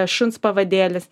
šuns pavadėlis